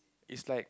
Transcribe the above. is like